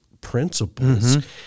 principles